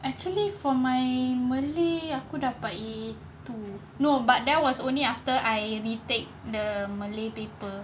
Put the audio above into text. actually for my malay aku dapat A two no but there was only after I retake the malay paper